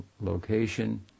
location